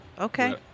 Okay